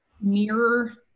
mirror